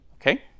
okay